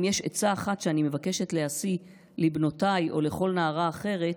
אם יש עצה אחת שאני מבקשת להשיא לבנותיי או לכל נערה אחרת: